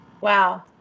Wow